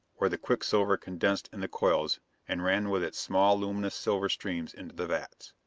where the quicksilver condensed in the coils and ran with its small luminous silver streams into the vats.